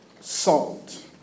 salt